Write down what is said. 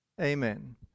amen